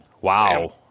Wow